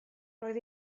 roedd